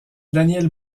daniel